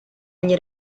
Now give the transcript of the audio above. ogni